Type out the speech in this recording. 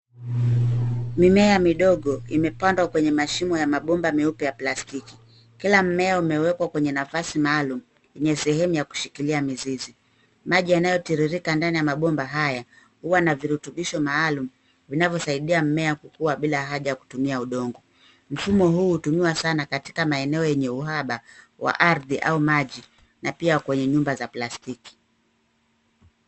Mimea midogo imepandwa kwenye mashimo ya mabomba meupe plastiki. Kila mmea umewekwa kwenye nafasi maalum, enye sehemu ya kushikilia mizizi. Maji yanayotiririka ndani ya mabomba haya, huwa na virutubisho maalum, vinavyosaidia mimea kukua bila haja kutumia udongo. Mfumo huu utumiwa sana katika maeneo enye uhaba wa ardhi au maji na pia kwenye nyumba za plastiki.